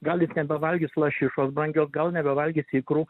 gal jis nebevalgys lašišos brangios gal nebevalgys ikrų